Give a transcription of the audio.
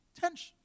Tension